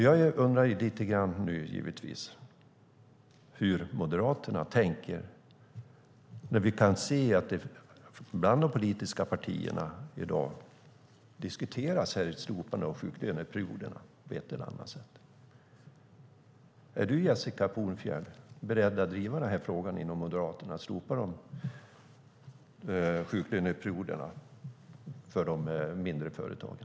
Jag undrar nu givetvis hur Moderaterna tänker när det bland de politiska partierna i dag diskuteras ett slopande av sjuklöneperioderna på ett eller annat sätt. Är du, Jessica Polfjärd, beredd att inom Moderaterna driva frågan om att slopa sjuklöneperioderna för de mindre företagen?